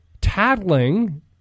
tattling